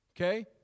Okay